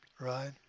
right